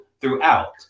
throughout